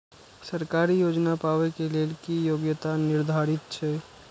सरकारी योजना पाबे के लेल कि योग्यता निर्धारित छै?